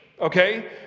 okay